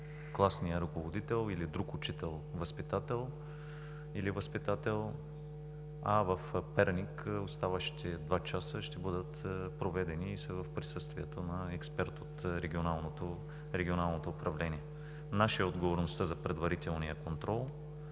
класния ръководител, друг учител или възпитател. В Перник оставащите два часа ще бъдат проведени в присъствието на експерт на Регионалното управление. Наша е отговорността за предварителния контрол.